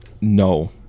no